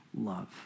love